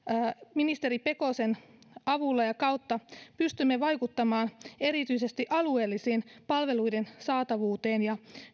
ministeri pekosen avulla ja kautta pystymme vaikuttamaan erityisesti alueellisten palveluiden saatavuuteen ja